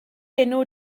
enw